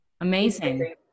Amazing